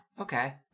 Okay